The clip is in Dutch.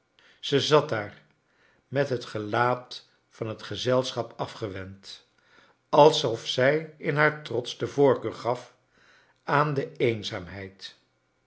zij zat daar met het gelaat van het gczelsfhap afgewend alsof zij in haar trots do voorkeur gaf aari do eenzaamheid